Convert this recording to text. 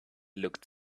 looked